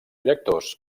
directors